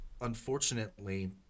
unfortunately